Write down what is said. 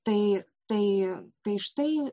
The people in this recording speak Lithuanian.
tai tai tai štai